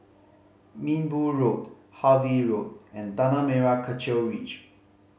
Minbu Road Harvey Road and Tanah Merah Kechil Ridge